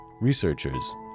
researchers